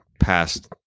past